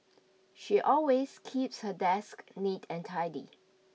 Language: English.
she always keeps her desk neat and tidy